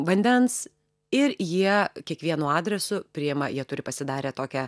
vandens ir jie kiekvienu adresu priima jie turi pasidarę tokią